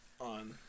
on